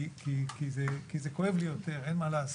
זה כואב לי יותר, אין מה לעשות.